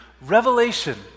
revelation